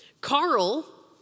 Carl